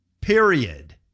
Period